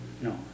no